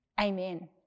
Amen